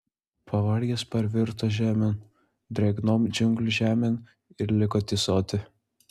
pavargęs parvirto žemėn drėgnon džiunglių žemėn ir liko tysoti